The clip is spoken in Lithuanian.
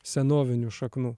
senovinių šaknų